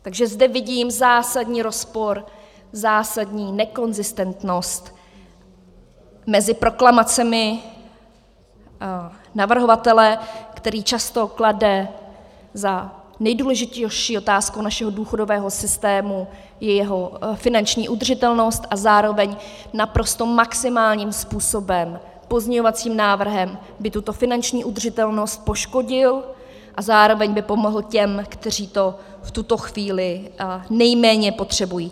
Takže zde vidím zásadní rozpor, zásadní nekonzistentnost mezi proklamacemi navrhovatele, který často klade za nejdůležitější otázku našeho důchodového systému jeho finanční udržitelnost a zároveň naprosto maximálním způsobem pozměňovacím návrhem by tuto finanční udržitelnost poškodil a zároveň by pomohl těm, kteří to v tuto chvíli nejméně potřebují.